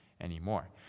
anymore